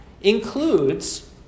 includes